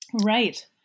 Right